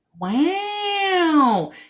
Wow